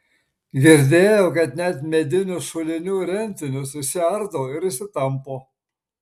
girdėjau kad net medinius šulinių rentinius išsiardo ir išsitampo